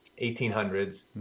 1800s